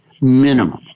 minimum